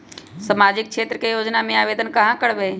सामाजिक क्षेत्र के योजना में आवेदन कहाँ करवे?